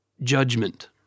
judgment